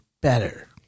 better